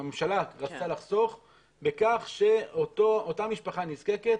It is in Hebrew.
הממשלה רצתה לחסוך בכך שאותה משפחה נזקקת